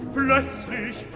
plötzlich